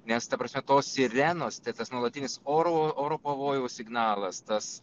nes ta prasme tos sirenos tai tas nuolatinis oro oro pavojaus signalas tas